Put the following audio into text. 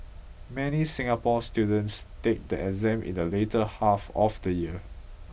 many Singapore students take the exam in the later half of the year